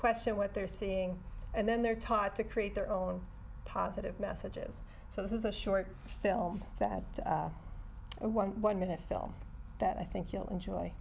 question what they're seeing and then they're taught to create their own positive messages so this is a short film that one one minute film that i think you'll